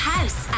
House